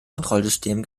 kontrollsystem